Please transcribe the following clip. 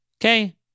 Okay